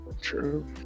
true